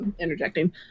interjecting